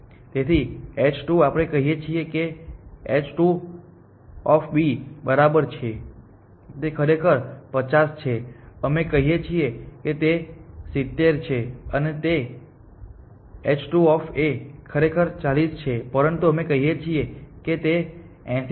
તેથી h 2 આપણે કહીએ છીએ કે h2 બરાબર છે તે ખરેખર 50 છે અમે કહીએ છીએ કે તે 70 છે અને h2 ખરેખર 40 છે પરંતુ અમે કહીએ છીએ કે તે 80 છે